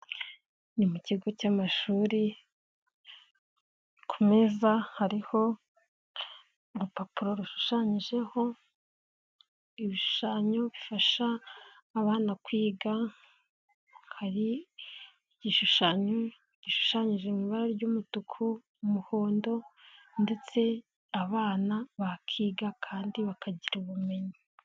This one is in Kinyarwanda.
Ni mu kigo cy'amashuri, ku meza hariho urupapuro rushushanyijeho ibishushanyo bifasha abana kwiga, hari igishushanyo gishushanyije ibara ry'umutuku, umuhondo ndetse abana bakiga kandi bakagira ubumenyi.